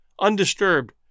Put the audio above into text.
undisturbed